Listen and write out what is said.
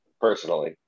personally